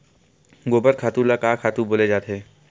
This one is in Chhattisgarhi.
गोबर खातु ल का खातु बोले जाथे?